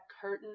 curtain